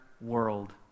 world